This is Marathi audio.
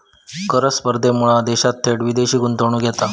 कर स्पर्धेमुळा देशात थेट विदेशी गुंतवणूक येता